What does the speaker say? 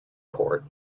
court